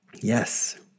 Yes